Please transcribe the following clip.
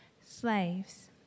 Slaves